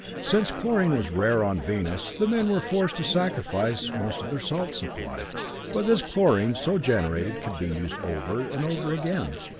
since chlorine was rare on venus, the men were forced to sacrifice most of their salt supply but this chlorine so generated could be used over and over again.